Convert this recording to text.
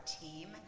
team